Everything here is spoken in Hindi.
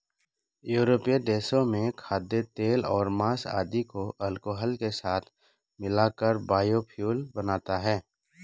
यूरोपीय देशों में खाद्यतेल और माँस आदि को अल्कोहल के साथ मिलाकर बायोफ्यूल बनता है